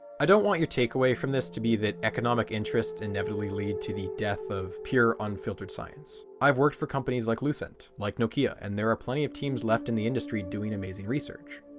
i don't want your takeaway from this to be that economic interests inevitably lead to the death of pure unfiltered science. i've worked for companies like lucent, like nokia, and there are plenty of teams left in the industry doing amazing research.